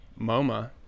MoMA